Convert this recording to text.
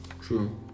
True